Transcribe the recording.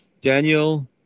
Daniel